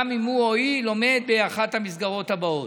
גם אם הוא או היא לומד באחת המסגרות הבאות,